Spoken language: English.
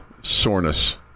soreness